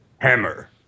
hammer